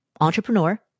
entrepreneur